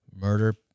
murder